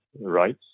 right